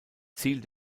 ziel